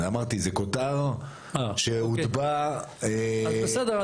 אמרתי זה כותר שהוטבע -- אז בסדר,